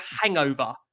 hangover